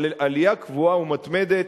אבל עלייה קבועה ומתמדת.